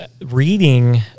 reading